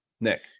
Nick